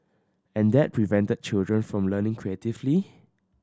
and that prevented children from learning creatively